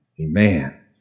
amen